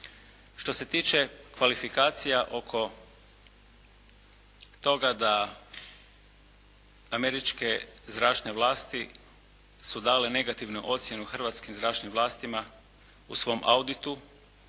Što se tiče kvalifikacija oko toga da američke zračne vlasti su dale negativnu ocjenu hrvatskim zračnim vlastima u svom auditu